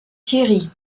thierry